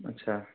ଆଚ୍ଛା